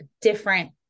different